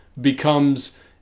becomes